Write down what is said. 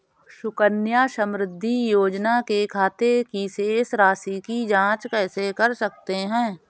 सुकन्या समृद्धि योजना के खाते की शेष राशि की जाँच कैसे कर सकते हैं?